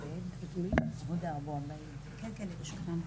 ליושבת הראש על הדיון החשוב הזה.